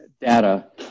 data